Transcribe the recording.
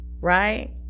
right